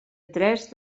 tres